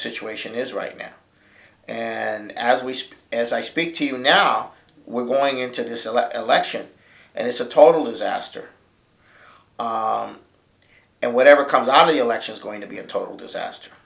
situation is right now and as we speak as i speak to you now we're going into this election and it's a total disaster and whatever comes out of the election is going to be a total disaster